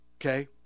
okay